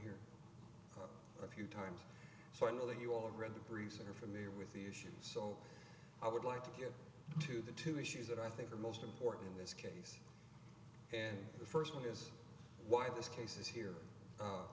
was a few times so i know that you all read the briefs are familiar with the issues so i would like to get to the two issues that i think are most important in this case and the first one is why this case is here